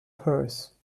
purse